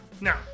Now